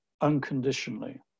unconditionally